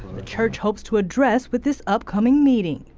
the church hopes to address with this upcoming meeting.